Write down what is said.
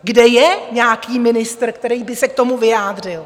Kde je nějaký ministr, který by se k tomu vyjádřil?